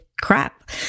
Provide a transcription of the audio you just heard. crap